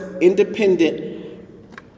independent